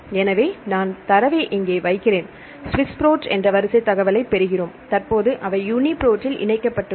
எனவே நான் தரவை இங்கே வைக்கிறேன் சுவிஸ் ப்ரோட் என்ற வரிசை தகவலைப் பெறுகிறோம் தற்போது அவை யூனிபிரோட்டில் இணைக்கப்பட்டுள்ளன